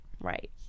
right